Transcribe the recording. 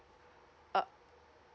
uh